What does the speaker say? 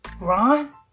Ron